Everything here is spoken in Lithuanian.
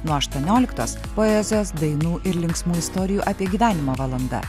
nuo aštuonioliktos poezijos dainų ir linksmų istorijų apie gyvenimo valanda